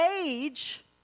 age